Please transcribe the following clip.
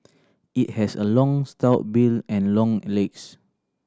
it has a long stout bill and long legs